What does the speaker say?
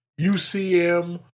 UCM